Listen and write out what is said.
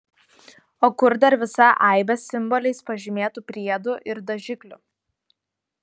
o kur dar visa aibė simboliais pažymėtų priedų ir dažiklių